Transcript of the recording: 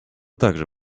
также